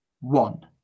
One